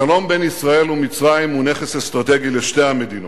השלום בין ישראל ומצרים הוא נכס אסטרטגי לשתי המדינות.